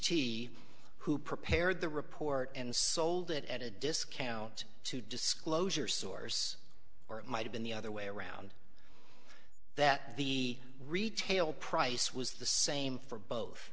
d who prepared the report and sold it at a discount to disclosure source or it might have been the other way around that the retail price was the same for both